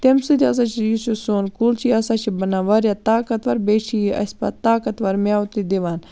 تمہِ سۭتۍ ہَسا چھ یُس یہِ سون کُل چھُ یہِ ہَسا چھُ بَنان واریاہ طاقتوَر بیٚیہِ چھ یہِ اَسہِ پَتہٕ طاقتوَر میٚوٕ تہِ دِوان